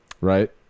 right